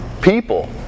People